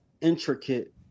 intricate